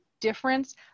difference